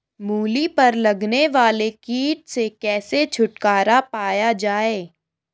मूली पर लगने वाले कीट से कैसे छुटकारा पाया जाये?